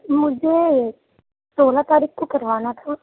مجھے سولہ تاریخ کو کروانا تھا